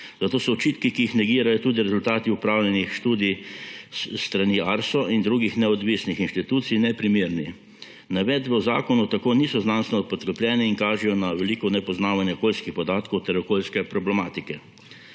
Zato so očitki, ki jih negirajo tudi rezultati opravljenih študij s strani Arsa in drugih neodvisnih institucij, neprimerni. Navedbe v zakonu tako niso znanstvene podkrepljene in kažejo na veliko nepoznavanje okoljskih podatkov ter okoljske problematike.